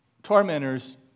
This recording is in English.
tormentors